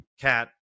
cat